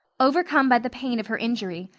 overcome by the pain of her injury,